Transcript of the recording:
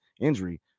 injury